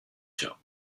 shop